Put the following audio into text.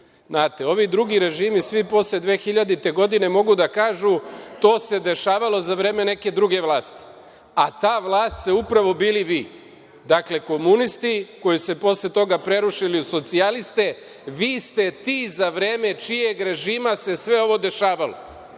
Ovi drugi režimi, svi posle 2000. godine mogu da kažu - to se dešavalo za vreme neke druge vlasti, a ta vlast ste upravo bili vi. Dakle, komunisti koji su se posle toga prerušili u socijaliste, vi ste ti za vreme čijeg režima se sve ovo dešavalo.